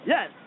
Yes